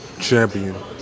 champion